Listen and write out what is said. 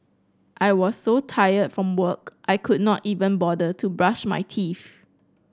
I was so tired from work I could not even bother to brush my teeth